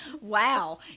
wow